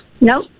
No